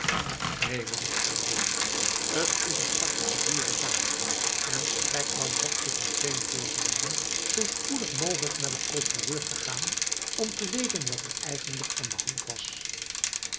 neen was t antwoord t is een particuliere zaak en strijkman had zich meteen voorgenomen zoo spoedig mogelijk naar den procureur te gaan om te weten wat er eigenlijk aan de hand was